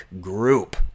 group